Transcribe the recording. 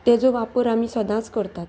तेजो वापर आमी सदांच करतात